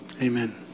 Amen